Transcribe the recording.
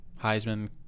Heisman